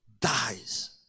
dies